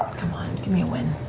come on, give me a win.